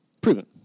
Proven